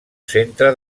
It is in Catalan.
centre